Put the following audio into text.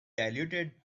diluted